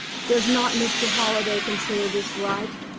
does not mr. halliday consider this right?